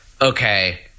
okay –